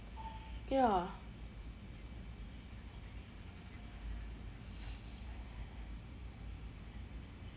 ya